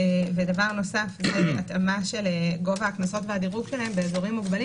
התאמת גובה הקנסות והדירוג שלהם באזורים מוגבלים